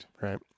Right